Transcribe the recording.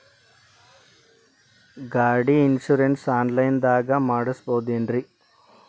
ಗಾಡಿ insurance online ದಾಗ ಮಾಡಸ್ಬಹುದೆನ್ರಿ?